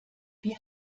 wie